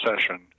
session